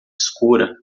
escura